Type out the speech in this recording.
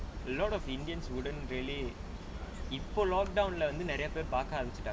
a lot of indians wouldn't really இப்போ:ippo lockdown வந்து நிறைய பேரு பார்க்க ஆரம்பிச்சிட்டாங்க:vanthu niraiya peru paarka aarambitchitaanga